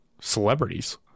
celebrities